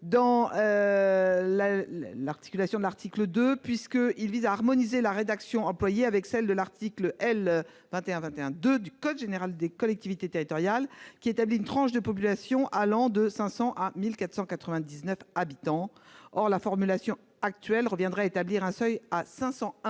dans l'articulation de l'article 2. Il vise en effet à harmoniser la rédaction proposée avec celle de l'article L. 2121-2 du code général des collectivités territoriales, qui établit une tranche de population allant de 500 à 1 499 habitants. Or la formulation actuelle reviendrait à fixer un seuil à 501